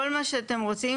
כל מה שאתם רוצים.